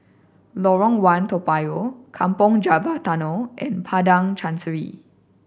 Lorong One Toa Payoh Kampong Java Tunnel and Padang Chancery